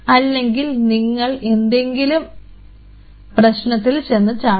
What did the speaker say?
അല്ലെങ്കിൽ നിങ്ങൾ എന്തെങ്കിലും പ്രശ്നത്തിൽ ചെന്ന് ചാടും